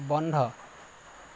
বন্ধ